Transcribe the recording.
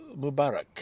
Mubarak